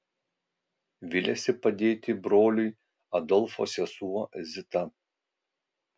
viliasi padėti broliui adolfo sesuo zita